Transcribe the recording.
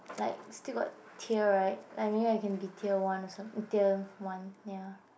like still got tier right like I mean I can be tier one or some~ tier one ya